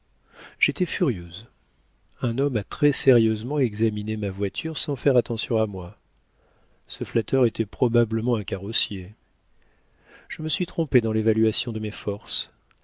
j'étais furieuse un homme a très sérieusement examiné ma voiture sans faire attention à moi ce flatteur était probablement un carrossier je me suis trompée dans l'évaluation de mes forces